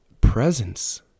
presence